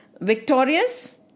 victorious